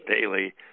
daily